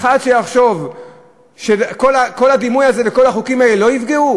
אדם אחד יחשוב שכל הדימוי הזה וכל החוקים האלה לא יפגעו?